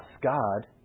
God